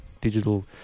Digital